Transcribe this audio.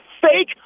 fake